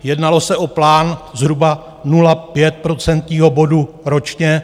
Jednalo se o plán zhruba 0,5 procentního bodu ročně.